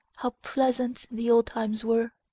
how pleasant the old times were?